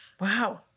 Wow